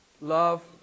love